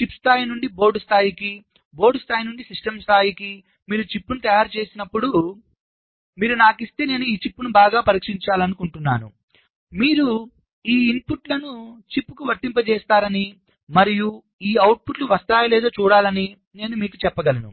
chip స్థాయి నుండి board స్థాయికి బోర్డు స్థాయి నుండి సిస్టమ్ స్థాయికి మీరు చిప్ను తయారు చేసినప్పుడు మీరు నాకు ఇస్తే నేను ఈ చిప్ను బాగా పరీక్షించాలనుకుంటున్నాను మీరు ఈ ఇన్పుట్లను చిప్కు వర్తింపజేస్తారని మరియు ఈ అవుట్పుట్లు వస్తాయో లేదో చూడాలని నేను మీకు చెప్పగలను